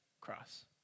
cross